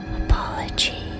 Apology